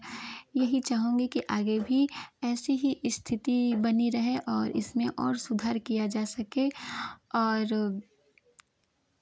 यही चाहूँगी कि आगे भी ऐसी ही स्थिति बनी रहे और इसमें और सुधार किया जा सके और